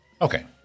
Okay